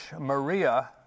Maria